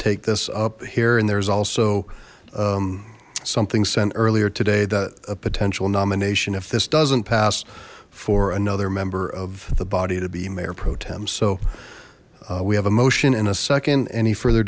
take this up here and there's also something sent earlier today that a potential nomination if this doesn't pass for another member of the body to be mayor pro tem so we have a motion in a second any further